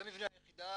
זה מבנה היחידה.